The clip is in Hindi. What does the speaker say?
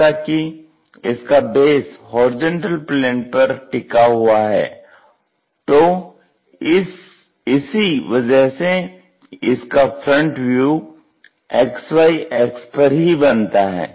जैसा कि इसका बेस HP पर टिका हुआ है तो इसी वजह से इसका फ्रंट व्यू XY अक्ष पर ही बनता है